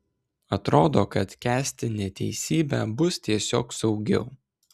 atrodo kad kęsti neteisybę bus tiesiog saugiau